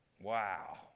Wow